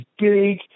big